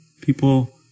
people